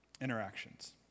Interactions